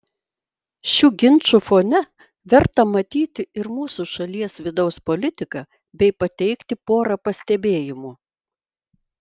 šių ginčų fone verta matyti ir mūsų šalies vidaus politiką bei pateikti porą pastebėjimų